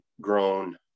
grown